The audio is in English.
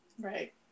Right